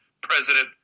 President